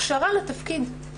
הכשרה לתפקיד,